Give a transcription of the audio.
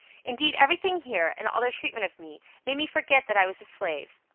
indeed every thing here, and all their treatment of me, made me forget that i was a slave.